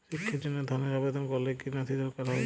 শিক্ষার জন্য ধনের আবেদন করলে কী নথি দরকার হয়?